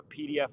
PDF